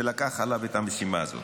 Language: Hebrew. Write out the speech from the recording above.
שלקח על עצמו את המשימה הזאת.